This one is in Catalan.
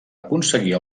aconseguir